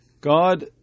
God